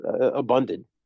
abundant